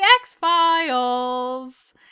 x-files